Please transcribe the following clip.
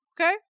Okay